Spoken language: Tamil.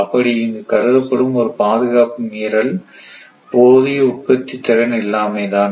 அப்படி இங்கு கருதப்படும் ஒரே பாதுகாப்பு மீறல் போதிய உற்பத்தி திறன் இல்லாமை தான்